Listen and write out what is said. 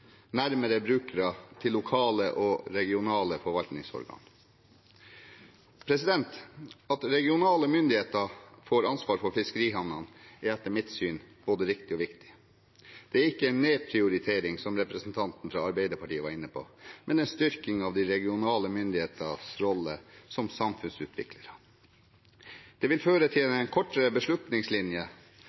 nærmere brukere, til lokale og regionale forvaltningsorganer. At regionale myndigheter får ansvar for fiskerihavnene, er etter mitt syn både riktig og viktig. Det er ikke en nedprioritering, som representanten fra Arbeiderpartiet var inne på, men en styrking av de regionale myndighetenes rolle som samfunnsutviklere. Det vil føre til en kortere beslutningslinje